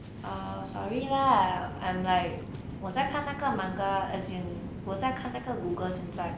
err sorry lah I'm like 我在看那个 manga as in 我在看那个 google 现在